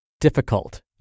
difficult